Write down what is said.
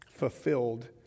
fulfilled